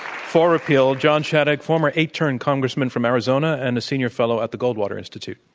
for repeal, john shadegg, former eight-term congressman from arizona and a senior fellow at the goldwater institute.